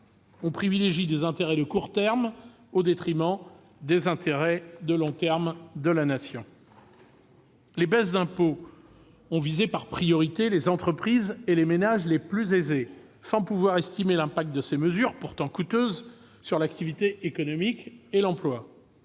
On privilégie des intérêts de court terme au détriment des intérêts de long terme de la Nation. Les baisses d'impôts ont visé par priorité les entreprises et les ménages les plus aisés, sans que l'on puisse estimer l'impact de ces mesures, pourtant coûteuses, sur l'activité économique et l'emploi.